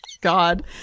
God